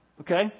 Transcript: Okay